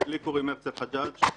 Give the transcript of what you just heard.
לי קוראים הרצל חג'אג'.